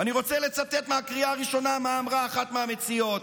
אני רוצה לצטט מהקריאה הראשונה מה אמרה אחת המציעות,